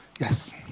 yes